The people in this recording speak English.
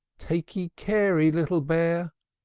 taky cary, little bear!